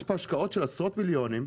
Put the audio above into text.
יש כאן השקעות של עשרות מיליוני שקלים.